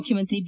ಮುಖ್ಯಮಂತ್ರಿ ಬಿ